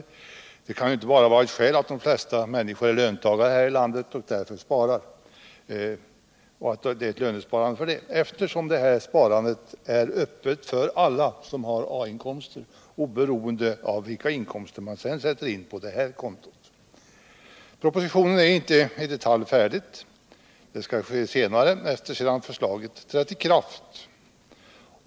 Skälet kan väl inte vara att de flesta människor i landet är löntagare och därför sparar, eftersom sparandet är öppet för alla som har A-inkomster, oberoende av vilka pengar man sedan sätter in på just detta konto. Propositionen är ännu inte färdig i detalj. Det skall ske senare sedan förslaget trätt i kraft.